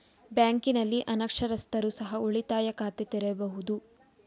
ಬ್ಯಾಂಕಿನಲ್ಲಿ ಅನಕ್ಷರಸ್ಥರು ಸಹ ಉಳಿತಾಯ ಖಾತೆ ತೆರೆಯಬಹುದು?